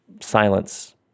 silence